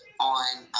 on